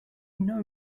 know